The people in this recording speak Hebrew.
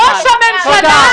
ראש הממשלה?